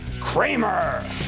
Kramer